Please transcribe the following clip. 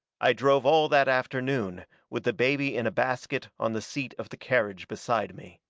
i drove all that afternoon, with the baby in a basket on the seat of the carriage beside me.